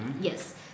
Yes